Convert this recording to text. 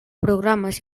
programes